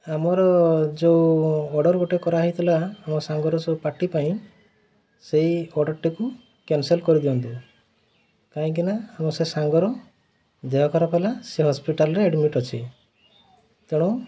ଆମର ଯେଉଁ ଅର୍ଡ଼ର୍ ଗୋଟେ କରାହେଇଥିଲା ଆମ ସାଙ୍ଗର ସବୁ ପାର୍ଟି ପାଇଁ ସେଇ ଅର୍ଡ଼ର୍ଟିକୁ କ୍ୟାନସଲ୍ କରିଦିଅନ୍ତୁ କାହିଁକି ନା ଆମ ସେ ସାଙ୍ଗର ଦେହ ଖରାପ ହେଲା ସେ ହସ୍ପିଟାଲ୍ରେ ଆଡ଼ମିଟ୍ ଅଛି ତେଣୁ